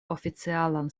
oficialan